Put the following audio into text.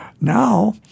Now